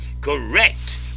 correct